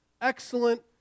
Excellent